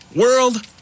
world